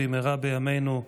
במהרה בימינו,